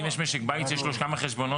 ואם יש משק בית שיש לו כמה חשבונות?